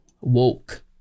woke